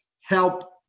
help